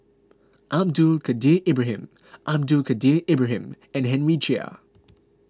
Abdul Kadir Ibrahim Abdul Kadir Ibrahim and Henry Chia